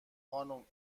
خانم